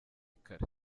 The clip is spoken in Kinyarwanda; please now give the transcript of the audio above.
kare